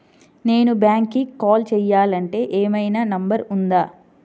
నేను బ్యాంక్కి కాల్ చేయాలంటే ఏమయినా నంబర్ ఉందా?